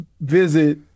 visit